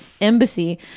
embassy